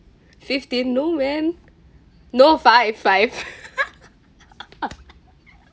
fifteen no man no five five